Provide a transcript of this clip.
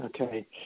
Okay